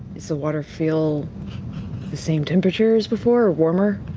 does the water feel the same temperature as before, or warmer?